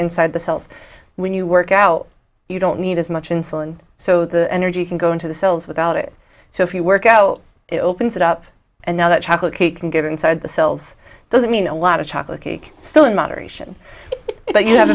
inside the cells when you work out you don't need as much insulin so the energy can go into the cells without it so if you workout it opens it up and know that chocolate cake can get inside the cells doesn't mean a lot of chocolate cake still in moderation but you have